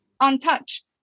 untouched